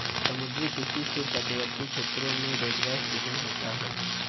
समुद्री किसी से तटवर्ती क्षेत्रों में रोजगार सृजन होता है